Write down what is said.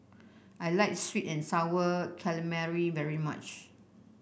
I like sweet and sour calamari very much